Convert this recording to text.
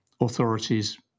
authorities